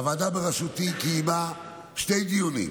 הוועדה בראשותי קיימה שני דיונים